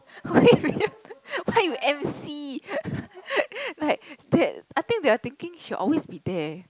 what if you what if you M_C like that I think they are thinking she will always be there